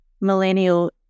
millennial